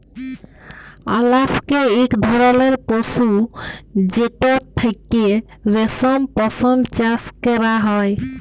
আলাপকে ইক ধরলের পশু যেটর থ্যাকে রেশম, পশম চাষ ক্যরা হ্যয়